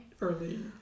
early